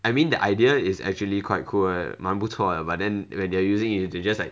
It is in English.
I mean the idea is actually quite cool 蛮不错的 but then when they're using it they just like